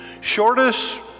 Shortest